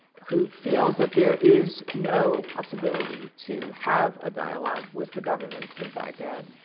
who feels that there is no possibility to have a dialogue with the government in baghdad.